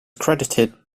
credited